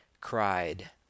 cried